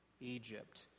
Egypt